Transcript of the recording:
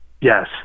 Yes